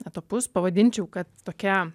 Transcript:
etapus pavadinčiau kad tokia